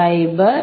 60